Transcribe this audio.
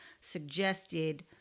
suggested